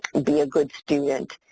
be a good student.